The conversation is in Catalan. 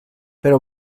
però